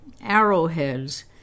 arrowheads